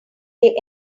they